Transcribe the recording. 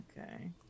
Okay